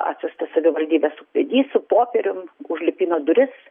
atsiųstas savivaldybės vedys su popierium užlipino duris